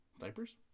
Diapers